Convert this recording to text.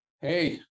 Hey